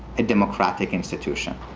a democratic institution.